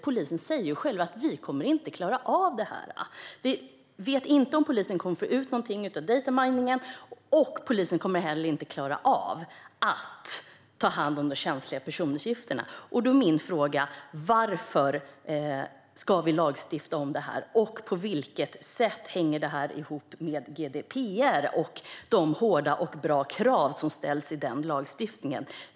Polisen säger alltså själv: Vi kommer inte att klara av det här. Vi vet inte om polisen kommer att få ut någonting av att göra data mining, och polisen kommer heller inte klara av att ta hand om de känsliga personuppgifterna. Då är min fråga: Varför ska vi lagstifta om det här, och på vilket sätt hänger det här ihop med GDPR och de hårda och bra krav som ställs i den lagstiftningen?